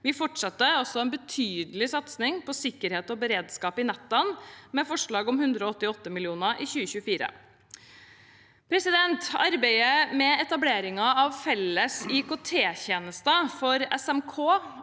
Vi fortsetter også en betydelig satsing på sikkerhet og beredskap i nettene med et forslag om 188 mill. kr i 2024. Arbeidet med etablering av felles IKT-tjenester for SMK,